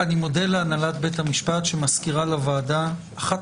אני מודה להנהלת בית המשפט שמזכירה לוועדה אחת